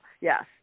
Yes